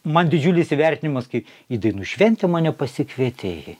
man didžiulis įvertinimas kai į dainų šventę mane pasikvietė į